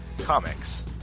Comics